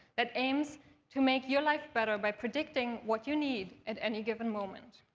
that aims to make your life better by predicting what you need at any given moment.